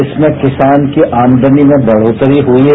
इसमें किसान की आमदनी में बढ़ोत्तरी हुई है